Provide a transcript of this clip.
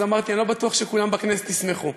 אמרתי: אני לא בטוח שכולם בכנסת ישמחו.